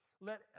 let